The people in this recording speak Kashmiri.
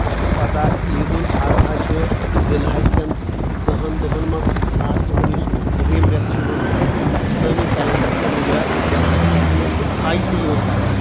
تۄہہ چھو پتہ عید اللاضحیٰ چھُ ذی الحج کٮ۪ن دٔہن دۄہن منٛز لاسٹہٕ کٮ۪ن یُس بٔہم رٮ۪تھ چھُ یِوان اسلٲمی کیلنڈرس منٛز مجراہ ذی الحج اتھ منٛز چھُ حج تہِ یِوان کرنہٕ